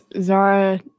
Zara